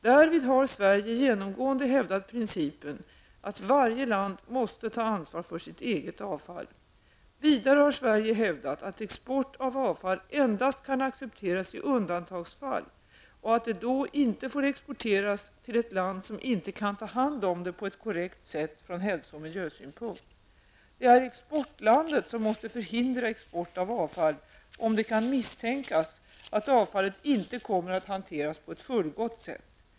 Därvid har Sverige genomgående hävdat principen att varje land måste ta ansvar för sitt eget avfall. Vidare har Sverige hävdat att export av avfall endast kan accepteras i undantagsfall och att det då inte får exporteras till ett land som inte kan ta hand om det på ett korrekt sätt från hälso och miljösynpunkt. Det är exportlandet som måste förhindra export av avfall om det kan misstänkas att avfallet inte kommer att hanteras på ett fullgott sätt.